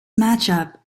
matchup